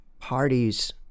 parties